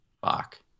fuck